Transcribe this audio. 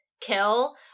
kill